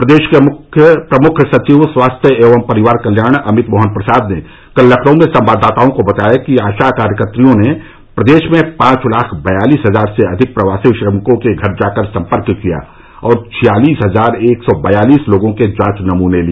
प्रदेश के प्रमुख सचिव स्वास्थ्य एवं परिवार कल्याण अमित मोहन प्रसाद ने कल लखनऊ में संवाददाताओं को बताया कि आशा कार्यकत्रियों ने प्रदेश में पांच लाख बयालीस हजार से अधिक प्रवासी श्रमिकों के घर जाकर सम्पर्क किया और छियालीस हजार एक सौ बयालीस लोगों के जांच नमूने लिए